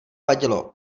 vadilo